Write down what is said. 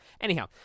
Anyhow